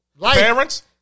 Parents